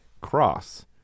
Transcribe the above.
cross